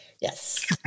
Yes